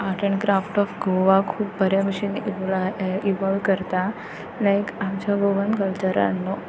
आट and craft of Goa खूब बऱ्या भशेन इव्ला इवॉल्व करता म्हळ्या एक आमच्या गोवन कल्चरान न्हू